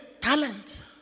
Talent